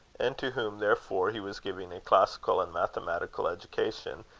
and to whom, therefore, he was giving a classical and mathematical education,